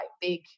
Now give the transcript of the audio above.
big